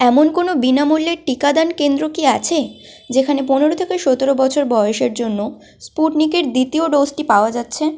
এমন কোনো বিনামূল্যের টিকাদান কেন্দ্র কি আছে যেখানে পনেরো থেকে সতেরো বছর বয়সের জন্য স্পুটনিক এর দ্বিতীয় ডোজটি পাওয়া যাচ্ছে